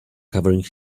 covering